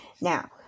now